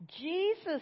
Jesus